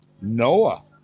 Noah